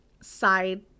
side